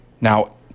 Now